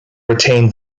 retain